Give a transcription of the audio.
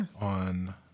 on